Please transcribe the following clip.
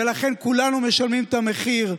ולכן כולנו משלמים את המחיר.